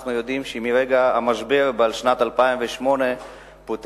אנחנו יודעים שמרגע המשבר בשנת 2008 פוטרו